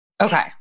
Okay